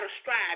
strive